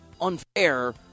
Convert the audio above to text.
unfair